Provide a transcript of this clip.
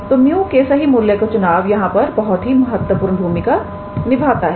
तो 𝜇 के सही मूल्य का चुनाव यहां पर एक बहुत ही महत्वपूर्ण भूमिका निभाता है